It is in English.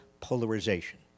polarization